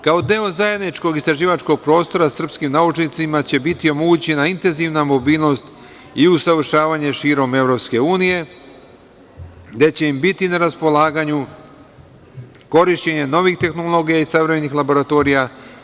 Kao deo zajedničkog istraživačkog prostora, srpskim naučnicima će biti omogućena intenzivna mobilnost i usavršavanje širom EU, gde će im biti na raspolaganju korišćenje novih tehnologija i savremenih laboratorija.